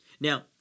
Now